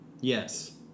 Yes